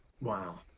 Wow